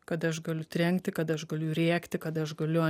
kada aš galiu trenkti kada aš galiu rėkti kad aš galiu